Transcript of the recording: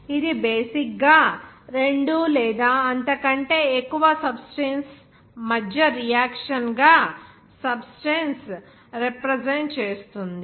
ఇది బేసిక్ గా రెండు లేదా అంతకంటే ఎక్కువ సబ్స్టెన్స్ మధ్య రియాక్షన్ గా సబ్స్టెన్స్ రిప్రజెంట్ చేస్తుంది